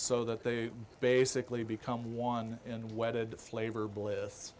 that they basically become one and wedded flavor bliss